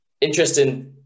interesting